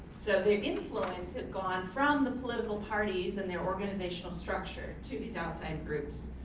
so the influence has gone from the political parties and their organization structure to these outside groups.